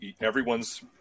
Everyone's